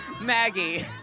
Maggie